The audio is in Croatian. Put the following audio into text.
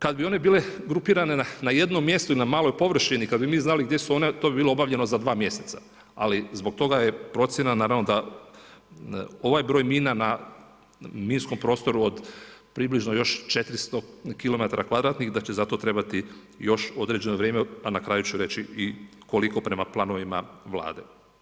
Kada bi one bile grupirane na jednom mjestu ili na maloj površini, kada bi mi znali gdje su one to bi bilo obavljeno za dva mjeseca, ali zbog toga je procjena naravno da ovaj broj mina na minskom prostoru od približno još 400km kvadratnih da će za to trebati još određeno vrijeme, a na kraju ću reći i koliko prema planovima Vlade.